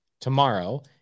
tomorrow